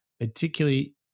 particularly